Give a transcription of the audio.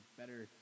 better